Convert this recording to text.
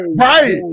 right